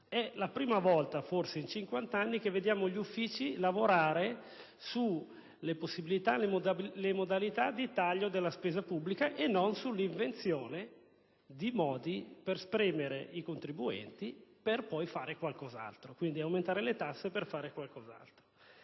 È la prima volta, forse, in cinquant'anni che vediamo gli uffici lavorare sulle possibilità e sulle modalità di taglio della spesa pubblica e non sull'invenzione di modi per spremere i contribuenti (quindi per aumentare le tasse), per poi fare qualcos'altro.